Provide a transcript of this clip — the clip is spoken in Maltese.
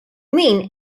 min